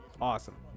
Awesome